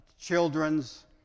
children's